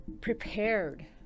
prepared